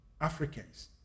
Africans